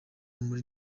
muri